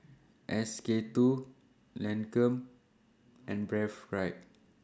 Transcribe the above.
S K two Lancome and Breathe Right